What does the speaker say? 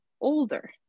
older